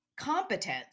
competence